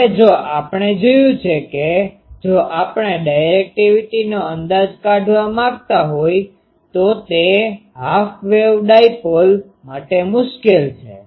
હવે જો આપણે જોયું છે કે જો આપણે ડાયરેક્ટિવિટીનો અંદાજ કાઢવા માંગતા હોય તો તે હાફ વેવ ડાયપોલ માટે મુશ્કેલ છે